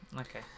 Okay